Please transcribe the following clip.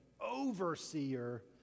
overseer